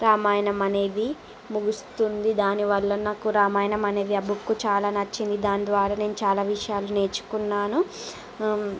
రామాయణం అనేది ముగుస్తుంది దానివల్ల నాకు రామాయణం అనేది ఆ బుక్ చాలా నచ్చింది దాని ద్వారా నేను చాలా విషయాలు నేర్చుకున్నాను